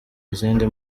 izindi